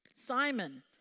Simon